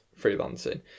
freelancing